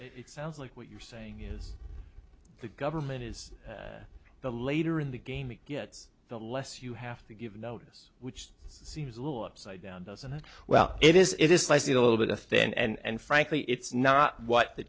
it sounds like what you're saying is the government is the later in the game it gets the less you have to give notice which seems a little upside down doesn't it well it is it is slightly a little bit offend and frankly it's not what the